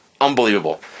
Unbelievable